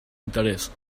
interès